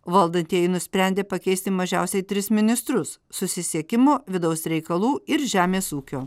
valdantieji nusprendė pakeisti mažiausiai tris ministrus susisiekimo vidaus reikalų ir žemės ūkio